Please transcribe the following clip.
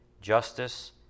justice